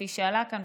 כפי שעלה כאן,